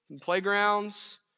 playgrounds